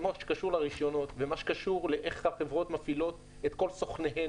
במה שקשור לרישיונות ובמה שקשור לאיך החברות מפעילות את כל סוכניהן,